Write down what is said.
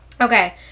Okay